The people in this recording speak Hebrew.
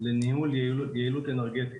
לניהול יעילות אנרגטית.